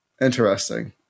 Interesting